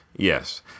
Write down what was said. Yes